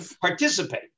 participate